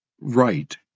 right